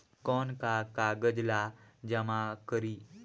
कौन का कागज ला जमा करी?